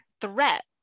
threat